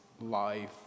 life